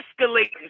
escalating